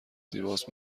زیباست